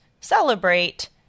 celebrate